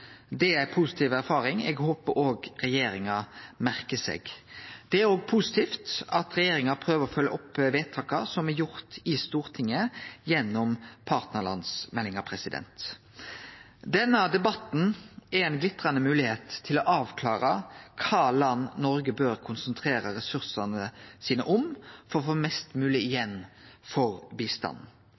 er ei positiv erfaring eg håpar òg regjeringa merkar seg. Det er òg positivt at regjeringa prøver å følgje opp vedtaka som er gjorde i Stortinget, gjennom partnarlandsmeldinga. Denne debatten er ei glitrande moglegheit til å avklare kva land Noreg bør konsentrere ressursane sine om for å få mest mogleg igjen for